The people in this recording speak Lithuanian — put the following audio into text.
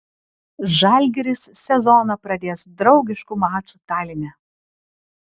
žalgiris sezoną pradės draugišku maču taline